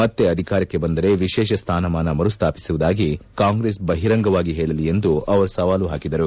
ಮತ್ತೆ ಅಧಿಕಾರಕ್ಕೆ ಬಂದರೆ ವಿಶೇಷ ಸ್ಥಾನಮಾನ ಮರು ಸ್ಥಾಪಿಸುವುದಾಗಿ ಕಾಂಗ್ರೆಸ್ ಬಹಿರಂಗವಾಗಿ ಹೇಳಲಿ ಎಂದು ಅವರು ಸವಾಲು ಪಾಕಿದರು